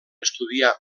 estudiar